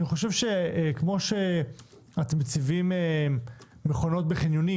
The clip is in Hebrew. כמו שאתם מציבים מכונות בחניונים